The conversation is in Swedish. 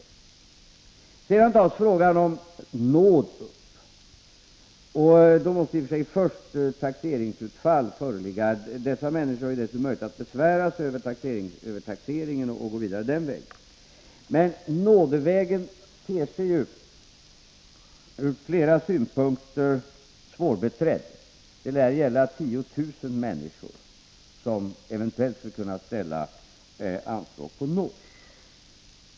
Vidare tas här upp frågan om nåd. Härför måste i och för sig först ett taxeringsutfall föreligga. De berörda människorna har då också möjlighet att besvära sig över taxeringen och att gå vidare den vägen. Men nådevägen ter sig från flera synpunkter svårbeträdd. Det lär vara 10 000 människor som eventuellt skulle kunna ställa anspråk på nåd.